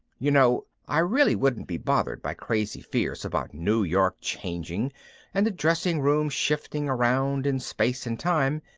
you know, i really wouldn't be bothered by crazy fears about new york changing and the dressing room shifting around in space and time,